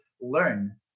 learn